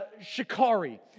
shikari